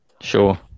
Sure